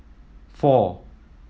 four